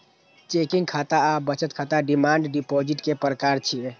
checking खाता आ बचत खाता डिमांड डिपोजिट के प्रकार छियै